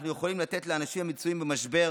אנחנו יכולים לתת לאנשים המצויים במשבר